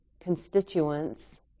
constituents